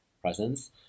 presence